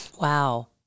Wow